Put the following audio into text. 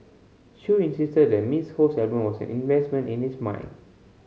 Chew insisted that Miss Ho's album was an investment in his mind